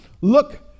look